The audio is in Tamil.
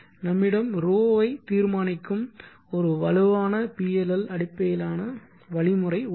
நம்மிடம் ρ தீர்மானிக்கும் ஒரு வலுவான PLL அடிப்படையிலான வழிமுறை உள்ளது